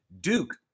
Duke